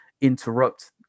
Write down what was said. interrupt